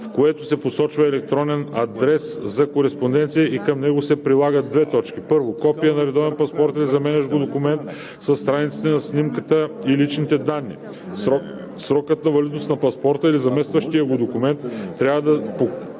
в което се посочва електронен адрес за кореспонденция и към него се прилагат: 1. копие на редовен паспорт или заместващ го документ със страниците на снимката и личните данни; срокът на валидност на паспорта или заместващия го документ трябва да покрива